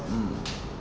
mm